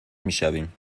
میشویم